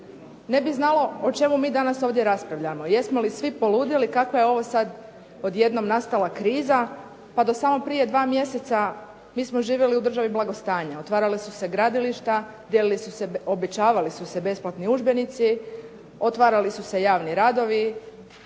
Ne bi znao o čemu mi danas ovdje raspravljamo. Jesmo li svi poludjeli? Kakva je ovo sad odjednom nastala kriza? Pa do samo prije dva mjeseca mi smo živjeli u državi blagostanja, otvarala su se gradilišta, dijelili su se, obećavali su se besplatni udžbenici, otvarali su se javni radovi.